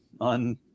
on